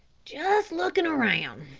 just lookin' round,